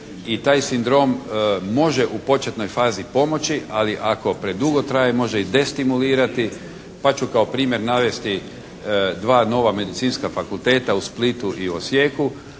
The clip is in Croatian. i taj sindrom može u početnoj fazi pomoći, ali ako predugo traje može i destimulirati pa ću kao primjer navesti dva nova medicinska fakulteta u Splitu i Osijeku